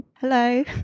Hello